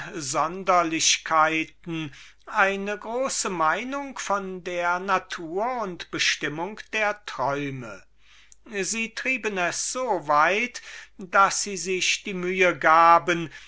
eine große meinung von der natur und bestimmung der träume sie trieben es so weit daß sie sich die mühe gaben